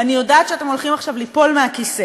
ואני יודעת שאתם הולכים עכשיו ליפול מהכיסא,